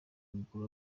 mukuru